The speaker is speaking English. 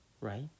right